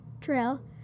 trail